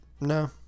No